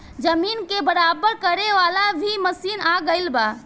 जमीन के बराबर करे वाला भी मशीन आ गएल बा